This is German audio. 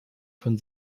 von